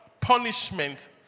punishment